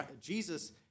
Jesus